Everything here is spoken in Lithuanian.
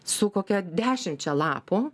su kokia dešimčia lapų